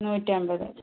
നൂറ്റമ്പത്